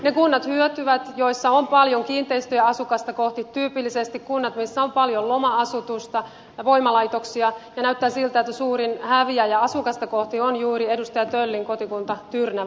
ne kunnat hyötyvät joissa on paljon kiinteistöjä asukasta kohti tyypillisesti kunnat missä on paljon loma asutusta ja voimalaitoksia ja näyttää siltä että suurin häviäjä asukasta kohti on juuri edustaja töllin kotikunta tyrnävä